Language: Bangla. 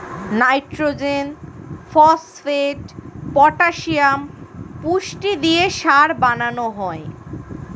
নাইট্রোজেন, ফস্ফেট, পটাসিয়াম পুষ্টি দিয়ে সার বানানো হয়